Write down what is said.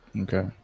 Okay